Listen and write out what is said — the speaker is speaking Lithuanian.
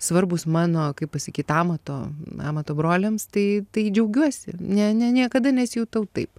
svarbūs mano kaip pasakyt amato amato broliams tai tai džiaugiuosi ne ne niekada nesijutau taip